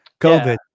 COVID